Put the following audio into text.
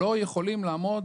לא יכולים לעמוד